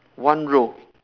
one row